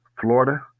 Florida